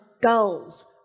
goals